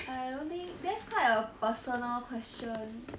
I don't think that's quite a personal question